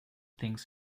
things